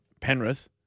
Penrith